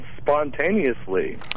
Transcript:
spontaneously